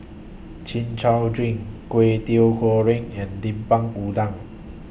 Chin Chow Drink Kway Teow Goreng and Lemper Udang